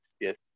Yes